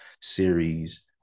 series